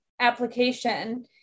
application